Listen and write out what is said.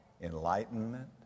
Enlightenment